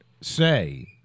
say